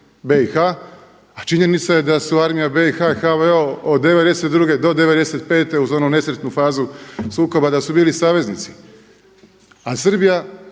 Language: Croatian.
BIH a činjenica je da su Armija BIH i HVO od 92. do 95. uz onu nesretnu fazu sukoba da su bili saveznici. A Srbija